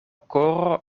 koro